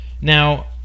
Now